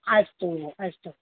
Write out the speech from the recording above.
अस्तु भोः अस्तु